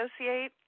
Associate